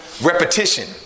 repetition